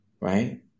right